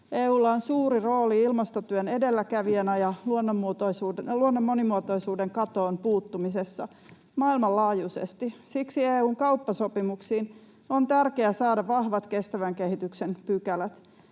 EU:lla on suuri rooli ilmastotyön edelläkävijänä ja luonnon monimuotoisuuden katoon puuttumisessa, maailmanlaajuisesti. Siksi EU:n kauppasopimuksiin on tärkeää saada vahvat kestävän kehityksen pykälät.